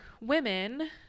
women